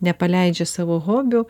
nepaleidžia savo hobių